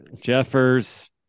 Jeffers